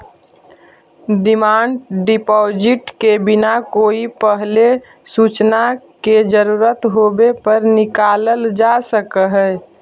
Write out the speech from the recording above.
demand deposit के बिना कोई पहिले सूचना के जरूरत होवे पर निकालल जा सकऽ हई